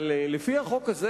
אבל לפי החוק הזה,